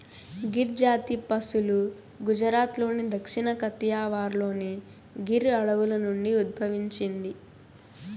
గిర్ జాతి పసులు గుజరాత్లోని దక్షిణ కతియావార్లోని గిర్ అడవుల నుండి ఉద్భవించింది